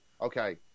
Okay